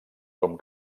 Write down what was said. com